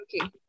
Okay